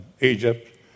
Egypt